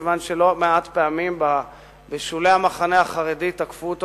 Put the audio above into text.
כיוון שלא מעט פעמים בשולי המחנה החרדי תקפו אותו